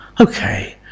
Okay